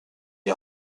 est